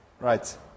Right